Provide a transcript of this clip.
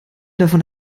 davon